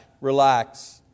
Relax